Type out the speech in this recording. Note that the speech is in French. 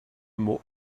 mot